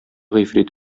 гыйфрит